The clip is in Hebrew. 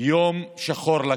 יום שחור לכנסת,